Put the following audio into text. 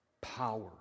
power